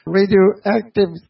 radioactive